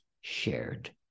shared